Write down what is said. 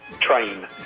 train